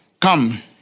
Come